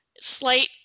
slight